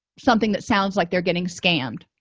something that sounds like they're getting scammed